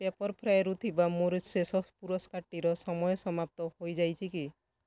paper ଫ୍ରାଏରୁ ଥିବା ମୋର ଶେଷ ପୁରସ୍କାରଟିର ସମୟ ସମାପ୍ତ ହୋଇଯାଇଛି କି